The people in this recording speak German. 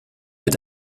mit